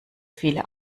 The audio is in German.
viele